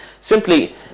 simply